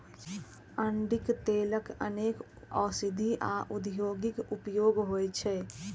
अरंडीक तेलक अनेक औषधीय आ औद्योगिक उपयोग होइ छै